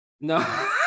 no